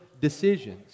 decisions